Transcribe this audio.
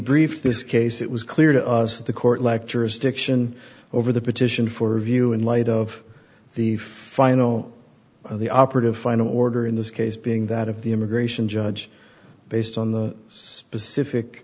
brief this case it was clear to us that the court lecturers stiction over the petition for review in light of the final of the operative final order in this case being that of the immigration judge based on the specific